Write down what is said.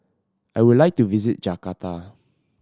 I would like to visit Jakarta